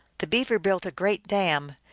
the beaver built a great dam,